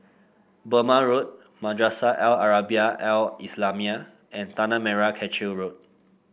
Burmah Road Madrasah Al Arabiah Al Islamiah and Tanah Merah Kechil Road